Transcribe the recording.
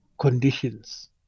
conditions